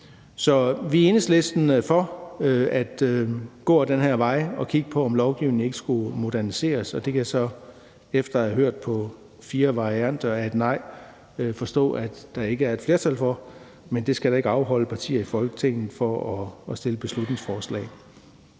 Så vi er i Enhedslisten for at gå ad den her vej og kigge på, om lovgivningen ikke skulle moderniseres, og det kan jeg så forstå efter at have hørt fire varianter af et nej at der ikke er et flertal for, men det skal da ikke afholde partier i Folketinget fra at fremsætte et beslutningsforslag.